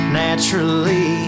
naturally